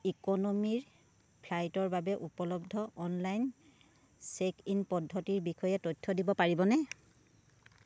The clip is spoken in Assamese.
ইকনমিৰ ফ্লাইটৰ বাবে উপলব্ধ অনলাইন চেক ইন পদ্ধতিৰ বিষয়ে তথ্য দিব পাৰিবনে